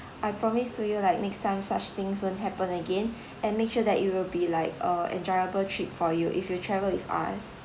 I promise to you like next time such things won't happen again and make sure that it will be like a enjoyable trip for you if you travel with us